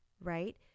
right